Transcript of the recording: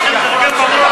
עובד ככה.